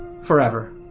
forever